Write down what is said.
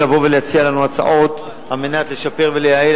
לבוא ולהציע לנו הצעות על מנת לשפר ולייעל.